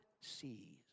sees